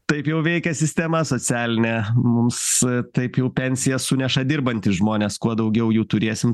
taip jau veikia sistema socialinė mums taip jau pensiją suneša dirbantys žmonės kuo daugiau jų turėsim